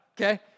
Okay